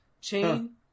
chain